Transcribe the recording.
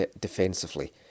defensively